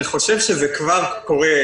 אני חושב שזה כבר קורה.